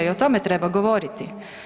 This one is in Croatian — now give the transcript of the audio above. I o tome treba govoriti.